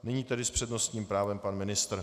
Nyní tedy s přednostním právem pan ministr.